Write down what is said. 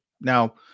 Now